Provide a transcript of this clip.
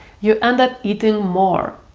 you end up eating more